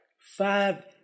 Five